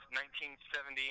1970